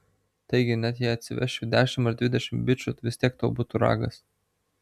taigi net jei atsivesčiau dešimt ar dvidešimt bičų vis tiek tau būtų ragas